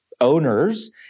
owners